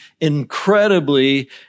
incredibly